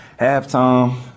halftime